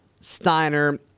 Steiner